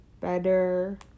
better